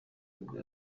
nibwo